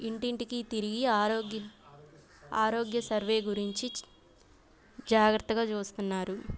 ఇంటింటికి తిరిగి ఆరోగ్యం ఆరోగ్య సర్వే గురించి జాగ్రత్తగా చూస్తున్నారు